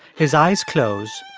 his eyes close.